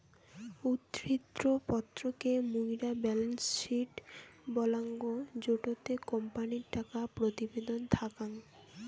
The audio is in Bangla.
উদ্ধৃত্ত পত্র কে মুইরা বেলেন্স শিট বলাঙ্গ জেটোতে কোম্পানির টাকা প্রতিবেদন থাকাং